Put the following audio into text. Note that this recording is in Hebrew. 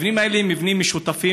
המבנים האלה הם מבנים משותפים,